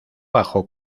bajo